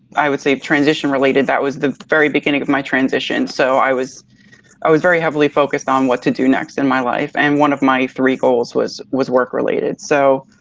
i would say transition-related, that was the very beginning of my transition. so i was i was very heavily focused on what to do next in my life. and one of my three goals was was work-related. so